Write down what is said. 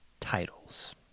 titles